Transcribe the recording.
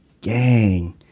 Gang